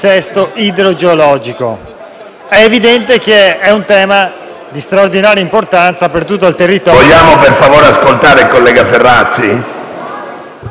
È evidente che si tratta di un tema di straordinaria importanza per tutto il territorio.